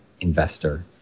investor